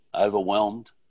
overwhelmed